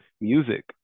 Music